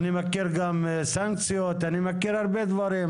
אני מכיר גם סנקציות, אני מכיר הרבה דברים.